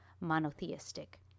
monotheistic